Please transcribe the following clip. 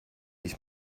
ich